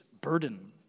burden